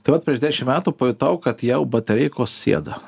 tai vat prieš dešim metų pajutau kad jau batareikos sėda